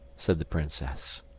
said the princess.